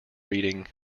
reading